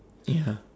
yeah